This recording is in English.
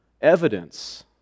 evidence